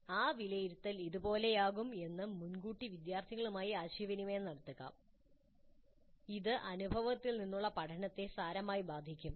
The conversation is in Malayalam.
ആ വിലയിരുത്തൽ ഇതുപോലെയാകും എന്ന് മുൻകൂട്ടി വിദ്യാർത്ഥികളുമായി ആശയവിനിമയം നടത്തുക ഇത് അനുഭവത്തിൽ നിന്നുള്ള പഠനത്തെ സാരമായി ബാധിക്കും